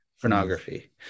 pornography